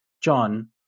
John